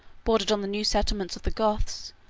bordered on the new settlements of the goths,